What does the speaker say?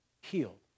healed